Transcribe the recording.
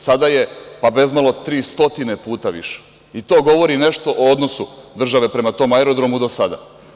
Sada je bezmalo 300 puta više i to govori nešto o odnosu države prema tom aerodromu do sada.